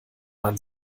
man